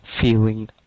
feeling